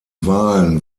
wahlen